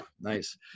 Nice